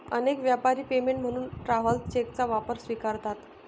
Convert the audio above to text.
अनेक व्यापारी पेमेंट म्हणून ट्रॅव्हलर्स चेकचा वापर स्वीकारतात